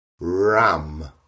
ram